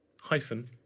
Hyphen